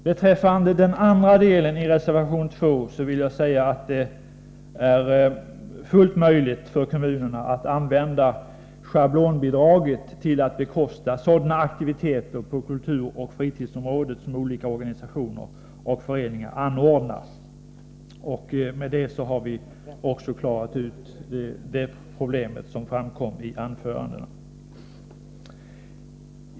Beträffande den andra delen i reservation 2 vill jag säga att det är fullt möjligt för kommunerna att använda schablonbidraget till att bekosta sådana aktiviteter på kulturoch fritidsområdet som olika organisationer och föreningar anordnar. Därmed har vi även klarat ut det problem som i detta sammanhang berördes i anförandena.